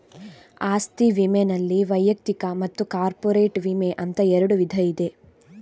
ಆಸ್ತಿ ವಿಮೆನಲ್ಲಿ ವೈಯಕ್ತಿಕ ಮತ್ತು ಕಾರ್ಪೊರೇಟ್ ವಿಮೆ ಅಂತ ಎರಡು ವಿಧ ಇದೆ